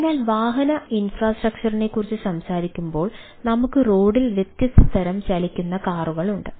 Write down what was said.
അതിനാൽ വാഹന ഇൻഫ്രാസ്ട്രക്ചറിണ്ട്